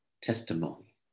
testimony